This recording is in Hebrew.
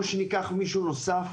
או שניקח מישהו נוסף,